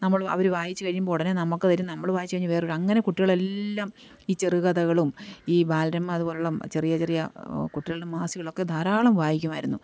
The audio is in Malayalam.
നമ്മള് അവര് വായിച്ച് കഴിയുമ്പോള് ഉടനെ നമുക്ക് തരും നമ്മള് വായിച്ചുകഴിഞ്ഞ് വേറൊരു അങ്ങനെ കുട്ടികളെല്ലാം ഈ ചെറുകഥകളും ഈ ബാലരമ അതുപോലുള്ള ചെറിയ ചെറിയ കുട്ടികളുടെ മാസികകളൊക്കെ ധാരാളം വായിക്കുമായിരുന്നു